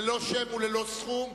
ללא שם וללא סכום,